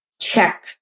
check